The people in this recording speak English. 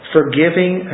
Forgiving